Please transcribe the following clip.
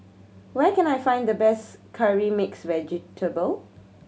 where can I find the best Curry Mixed Vegetable